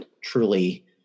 truly